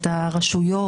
את הרשויות,